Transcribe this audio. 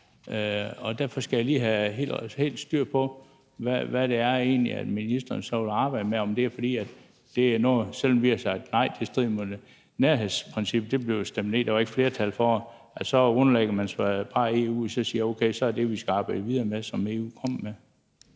Derfor skal jeg lige have helt styr på, hvad det egentlig er, ministeren vil arbejde med, og om det er noget, hvor man, selv om vi har sagt nej til det, fordi det strider mod nærhedsprincippet – det blev jo stemt ned; der var ikke flertal for det – bare underlægger sig EU og siger: Okay, så er det det, vi skal arbejde videre med, altså det, EU kommer med.